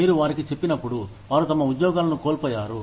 మీరు వారికి చెప్పినప్పుడు వారు తమ ఉద్యోగాలను కోల్పోయారు